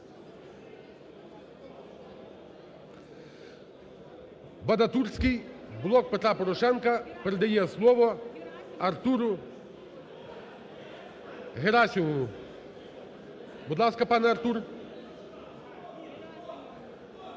Вадатурський, "Блок Петра Порошенка". Передає слово Артуру Герасимову. Будь ласка, пане Артур.